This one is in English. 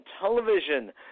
television